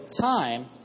time